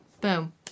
boom